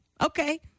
Okay